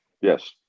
Yes